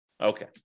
Okay